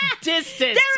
Distance